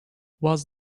was